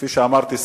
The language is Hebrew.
כפי שאמרתי,